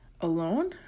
alone